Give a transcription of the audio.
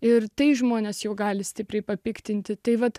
ir tai žmonės jau gali stipriai papiktinti tai vat